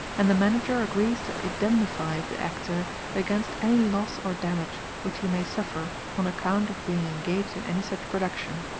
and the manager agrees to indemnify the actor against any loss or damage which he may suffer on account of being engaged in any such production.